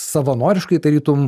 savanoriškai tarytum